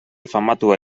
famatua